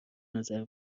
نظر